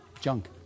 junk